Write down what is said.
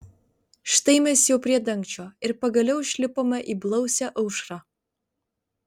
štai mes jau prie dangčio ir pagaliau išlipome į blausią aušrą